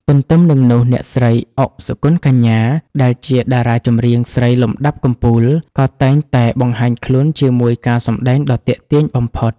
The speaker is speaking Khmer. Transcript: ទន្ទឹមនឹងនោះ អ្នកស្រី ឱក សុគន្ធកញ្ញា ដែលជាតារាចម្រៀងស្រីលំដាប់កំពូល ក៏តែងតែបង្ហាញខ្លួនជាមួយការសម្តែងដ៏ទាក់ទាញបំផុត។